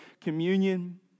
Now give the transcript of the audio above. communion